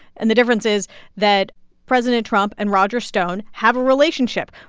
and the difference is that president trump and roger stone have a relationship.